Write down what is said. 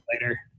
later